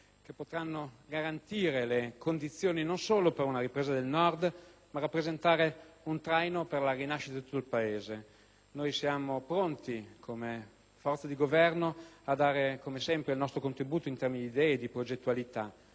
solo potranno garantire le condizioni per una ripresa del Nord, ma potranno rappresentare un traino per la rinascita di tutto il Paese. Noi siamo pronti, come forza di Governo, a dare - come sempre - il nostro contributo in termini di idee, di progettualità.